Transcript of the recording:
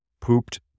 pooped